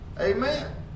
Amen